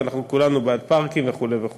וכולנו בעד פארקים וכו' וכו'.